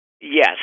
Yes